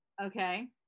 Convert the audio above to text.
Okay